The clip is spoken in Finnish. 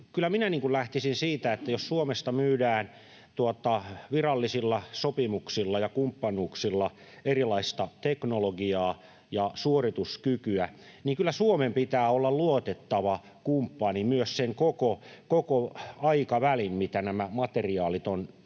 minä lähtisin siitä, että jos Suomesta myydään virallisilla sopimuksilla ja kumppanuuksilla erilaista teknologiaa ja suorituskykyä, niin kyllä Suomen pitää olla luotettava kumppani myös koko sen aikavälin, jonka nämä materiaalit ovat